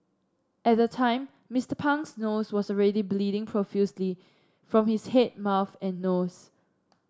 at the time Mister Pang's nose was already bleeding profusely from his head mouth and nose